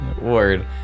Word